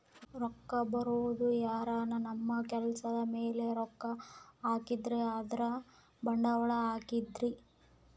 ರೊಕ್ಕ ಬರೋದು ಯಾರನ ನಮ್ ಕೆಲ್ಸದ್ ಮೇಲೆ ರೊಕ್ಕ ಹಾಕಿದ್ರೆ ಅಂದ್ರ ಬಂಡವಾಳ ಹಾಕಿದ್ರ